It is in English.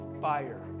fire